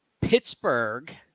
Pittsburgh